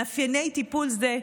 מאפייני טיפול זה,